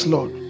Lord